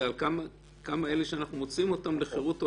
אלא כמה אלה שאנחנו מוצאים אותם לחירות עולם.